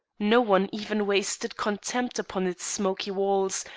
no one even wasted contempt upon its smoky walls,